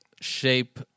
shape